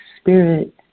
Spirit